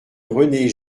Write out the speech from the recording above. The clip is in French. rené